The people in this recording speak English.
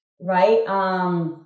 right